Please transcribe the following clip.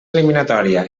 eliminatòria